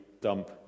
dump